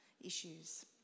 issues